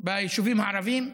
ביישובים הערביים.